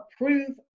approve